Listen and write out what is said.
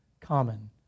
common